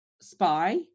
spy